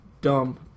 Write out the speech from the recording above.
dumb